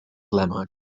lemma